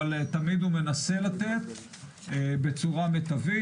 אבל תמיד הוא מנסה לתת בצורה מיטבית.